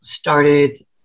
started